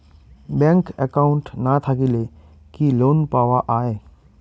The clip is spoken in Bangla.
ব্যাংক একাউন্ট না থাকিলে কি লোন পাওয়া য়ায়?